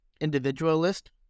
individualist